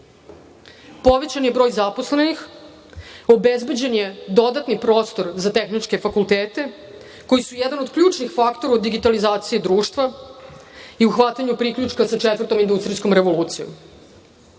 Povećan je broj zaposlenih. Obezbeđen je dodatni prostor za tehničke fakultete, koji su jedan od ključnih faktora digitalizacije društva i u hvatanju priključka sa četvrtom industrijskom revolucijom.